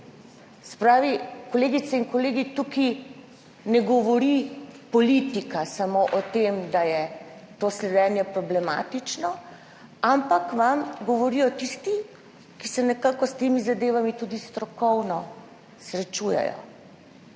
pravi, kolegice in kolegi, tukaj ne govori o tem samo politika, da je to sledenje problematično, ampak vam govorijo tisti, ki se nekako s temi zadevami tudi strokovno srečujejo